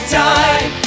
time